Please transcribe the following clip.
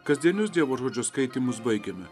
kasdienius dievo žodžio skaitymus baigiame